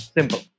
Simple